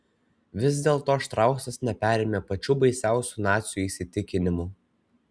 vis dėlto štrausas neperėmė pačių baisiausių nacių įsitikinimų